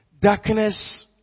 Darkness